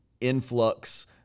influx